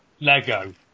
Lego